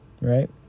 right